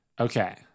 Okay